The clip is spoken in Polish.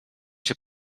się